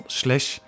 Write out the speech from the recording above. slash